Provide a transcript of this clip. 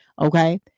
Okay